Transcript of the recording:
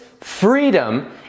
freedom